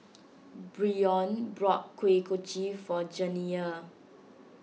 Bryon bought Kuih Kochi for Janiya